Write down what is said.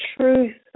truth